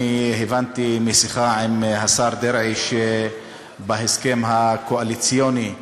אני הבנתי משיחה עם השר דרעי שבהסכם הקואליציוני,